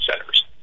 centers